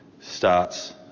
starts